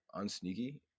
unsneaky